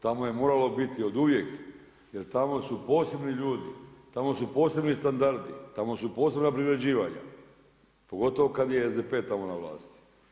Tamo je moralo biti oduvijek jer tamo su posebni ljudi, tamo su posebni standardi, tamo su posebna privređivanja pogotovo kad je SDP tamo na vlasti.